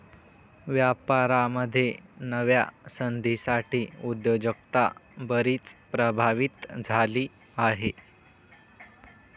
व्यापारामध्ये नव्या संधींसाठी उद्योजकता बरीच प्रभावित झाली आहे